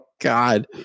god